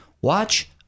Watch